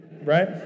Right